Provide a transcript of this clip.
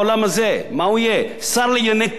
שר לענייני כלום.